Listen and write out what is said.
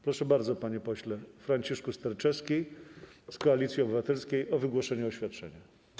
Proszę bardzo, panie pośle Franciszku Sterczewski z Koalicji Obywatelskiej, o wygłoszenie oświadczenia.